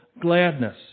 gladness